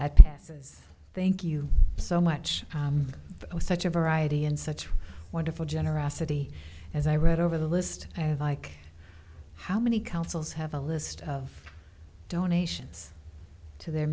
that passes thank you so much such a variety and such a wonderful generosity as i read over the list i have like how many councils have a list of donations to their